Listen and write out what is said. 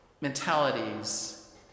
mentalities